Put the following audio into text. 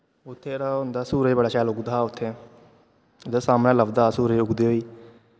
उत्थें एह्दा होंदा सूरज बड़ा शैल उगदा हा उत्थें उत्थें सामनै लभदा हा सूरज उगदे होई